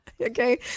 okay